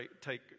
take